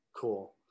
Cool